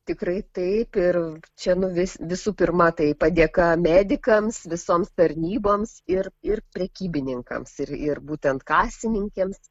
tikrai taip ir čia nu vis visų pirma tai padėka medikams visoms tarnyboms ir ir prekybininkams ir ir būtent kasininkėms